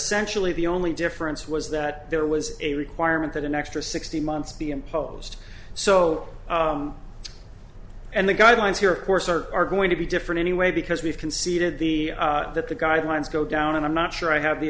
ially the only difference was that there was a requirement that an extra sixteen months be imposed so and the guidelines here of course are are going to be different anyway because we've conceded the that the guidelines go down and i'm not sure i have the